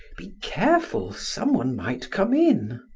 be careful, some one might come in.